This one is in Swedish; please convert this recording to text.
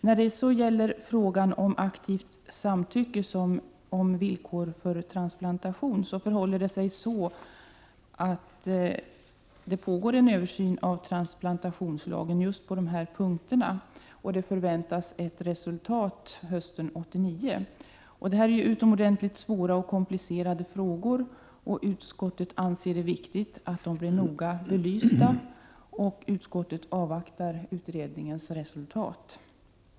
När det gäller frågan om aktivt samtycke som villkor för transplantation, förhåller det sig så att det pågår en översyn av transplantationslagen just på dessa punkter, och ett resultat förväntas hösten 1989. Det är utomordentligt svåra och komplicerade frågor, och utskottet anser att det är viktigt att de blir noga belysta. Utskottet avvaktar därför utredningens resultat.